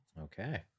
Okay